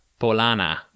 Polana